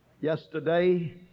yesterday